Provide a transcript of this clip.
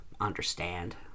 understand